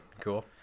Cool